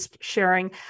sharing